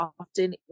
often